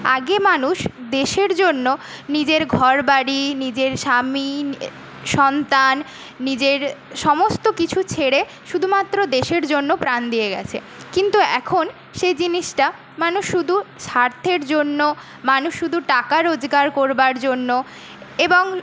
আগে মানুষ দেশের জন্য নিজের ঘর বাড়ি নিজের স্বামী সন্তান নিজের সমস্ত কিছু ছেড়ে শুধুমাত্র দেশের জন্য প্রাণ দিয়ে গেছে কিন্তু এখন সেই জিনিসটা মানুষ শুধু স্বার্থের জন্য মানুষ শুধু টাকা রোজগার করবার জন্য এবং